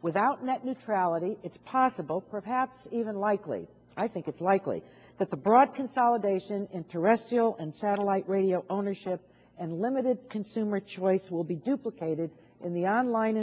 without net neutrality it's possible perhaps even likely i think it's likely that the broad consolidation in terrestrial and satellite radio ownership and limited consumer choice will be duplicated in the online